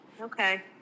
Okay